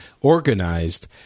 organized